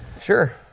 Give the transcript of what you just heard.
Sure